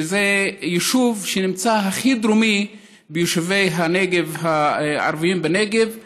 שזה היישוב הכי דרומי מהיישובים הערביים בנגב,